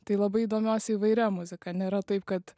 tai labai domiuosi įvairia muzika nėra taip kad